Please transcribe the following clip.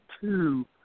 two